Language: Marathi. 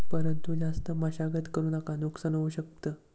परंतु जास्त मशागत करु नका नुकसान होऊ शकत